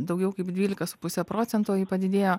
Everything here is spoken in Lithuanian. daugiau kaip dvylika su puse procento ji padidėjo